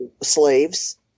slaves